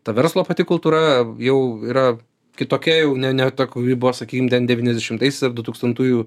ta verslo pati kultūra jau yra kitokia jau ne ne ta kuri buvo sakykim devyniasdešimtais ar du tūkstantųjų